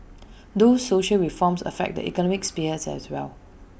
those social reforms affect the economic sphere as well